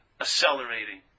accelerating